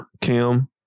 Kim